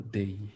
day